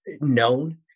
known